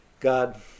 God